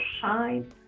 shine